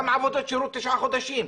גם עבודות שירות תשעה חודשים,